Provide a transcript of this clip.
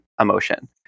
emotion